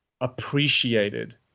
appreciated